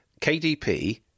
KDP